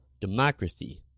democracy